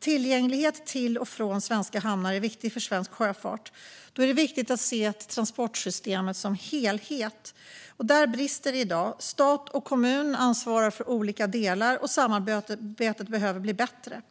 Tillgängligheten till och från svenska hamnar är viktig för svensk sjöfart. Då är det viktigt att se transportsystemet som en helhet, men där brister det i dag. Stat och kommuner ansvarar för olika delar, och samarbetet behöver bli bättre.